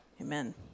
Amen